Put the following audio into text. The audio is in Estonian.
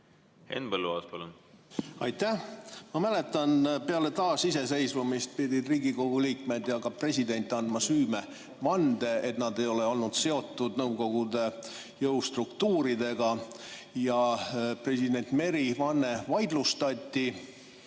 Henn Põlluaas, palun! Aitäh! Ma mäletan, peale taasiseseisvumist pidid Riigikogu liikmed ja ka president andma süümevande, et nad ei ole olnud seotud Nõukogude jõustruktuuridega, ja president Meri vanne vaidlustati.